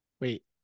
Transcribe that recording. Wait